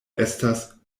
estas